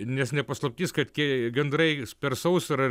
nes ne paslaptis kad kai gandrai per sausrą